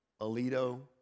Alito